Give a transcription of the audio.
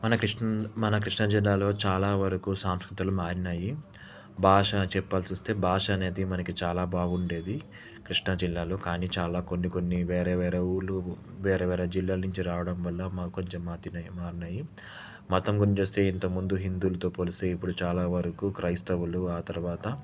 మన కృష్ణా మన కృష్ణా జిల్లాలో చాలా వరకు సాంస్కృతులు మారినాయి భాష చెప్పాల్సి వస్తే బాష అనేది మనకి చాలా బాగుండేది కృష్ణా జిల్లాలో కానీ చాలా కొన్ని కొన్ని వేరే వేరే ఊళ్ళు వేరే వేరే జిల్లాల నుంచి రావడం వల్ల మాకు కొంచెం మారినాయి మారినాయి మతం గురించి చూస్తే ఇంతక ముందు హిందూవులతో పోలిస్తే ఇప్పుడు చాలా వరకు క్రైస్తవులు ఆ తరువాత